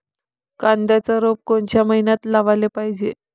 कांद्याचं रोप कोनच्या मइन्यात लावाले पायजे?